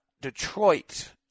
Detroit